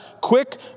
quick